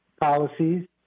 policies